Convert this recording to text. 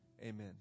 Amen